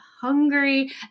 hungry